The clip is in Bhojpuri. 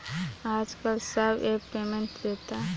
आजकल सब ऐप पेमेन्ट देता